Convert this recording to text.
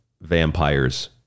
vampires